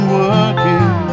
working